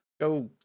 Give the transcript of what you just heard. go